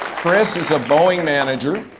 chris is a boeing manager,